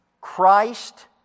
Christ